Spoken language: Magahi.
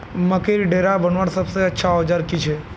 मकईर डेरा बनवार सबसे अच्छा औजार की छे?